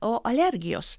o alergijos